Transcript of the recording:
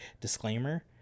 disclaimer